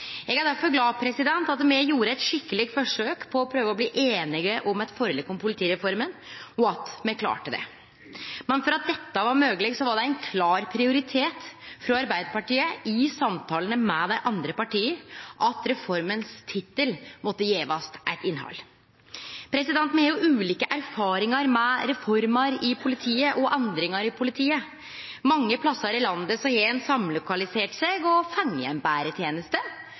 Eg er difor glad for at me gjorde eit skikkeleg forsøk på å prøve å bli einige om eit forlik om politireforma, og at me klarte det. Men for at dette var mogeleg, så var det ein klar prioritet frå Arbeidarpartiet i samtalane med dei andre partia at tittelen på reforma måtte gjevast eit innhald. Me har jo ulike erfaringar med reformer i politiet og endringar i politiet. Mange plasser i landet har ein samlokalisert seg og fått ei betre teneste,